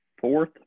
fourth